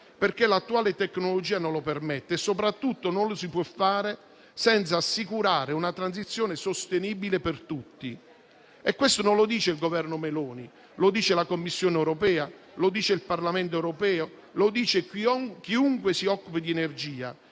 perché l'attuale tecnologia non lo permette e - soprattutto - non si può fare senza assicurare una transizione sostenibile per tutti. Questo non lo dice il Governo Meloni, ma lo dicono la Commissione europea, il Parlamento europeo e chiunque si occupi di energia.